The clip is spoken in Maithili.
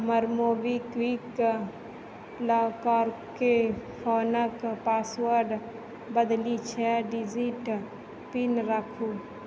हमर मोबीक्विक लॉकरके फोनके पासवर्ड बदलि छओ डिजिट पिन राखू